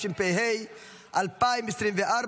התשפ"ה 2024,